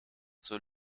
zur